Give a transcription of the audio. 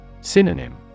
Synonym